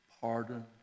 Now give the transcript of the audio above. pardon